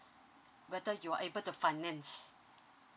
whether you're able to finance